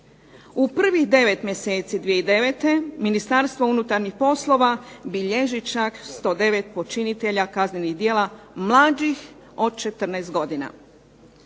U prvih devet mjeseci 2009. Ministarstvo unutarnjih poslova bilježi čak 109 počinitelja kaznenih djela mlađih od 14 godina.